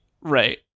Right